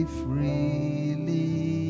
freely